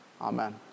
Amen